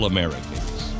Americans